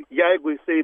jeigu jisai